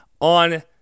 on